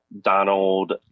Donald